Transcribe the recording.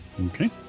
Okay